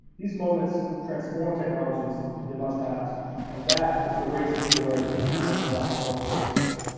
these moments transform technologies into must haves and that is the race underway for interoperable healthcare system.